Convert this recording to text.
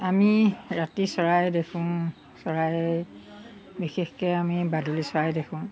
আমি ৰাতি চৰাই দেখোঁ চৰাই বিশেষকৈ আমি বাদুলি চৰাই দেখোঁ